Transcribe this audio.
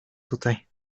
tutaj